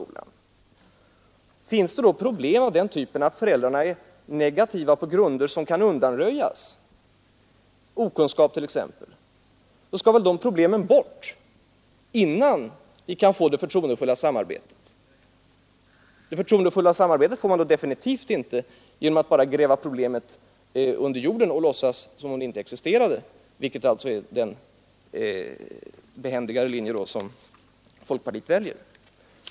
Om det då finns problem av den typen att föräldrarna är negativa på grunder som kan undanröjas, t.ex. genom information, så skall väl det problemet bort innan vi kan få ett förtroendefullt samarbete! Man får definitivt inte något förtroendefullt samarbete genom att bara gräva ner problemet i jorden och låtsas som om det inte existerade, vilket är den behändigare linje som folkpartiet väljer.